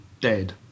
dead